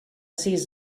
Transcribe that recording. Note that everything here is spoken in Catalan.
sis